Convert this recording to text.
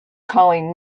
calling